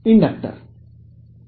ವಿದ್ಯಾರ್ಥಿ ಇಂಡಕ್ಟರ್